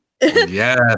Yes